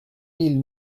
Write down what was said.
mille